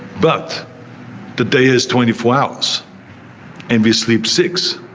but the day is twenty four hours and we sleep six.